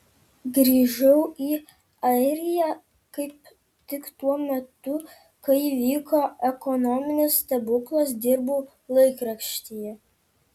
grįžau į airiją kaip tik tuo metu kai vyko ekonominis stebuklas dirbau laikraštyje